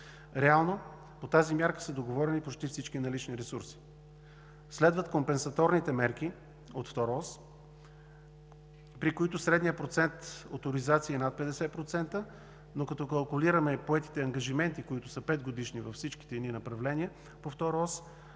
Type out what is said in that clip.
Реално по тази мярка са договорени почти всички налични ресурси. Следват компенсаторните мерки от втора ос, при които средният процент оторизации е над 50%, но като калкулираме и поетите ангажименти, които са петгодишни, във всичките ни направления по втора ос,